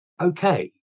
okay